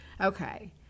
okay